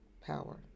power